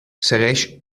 segueix